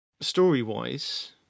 story-wise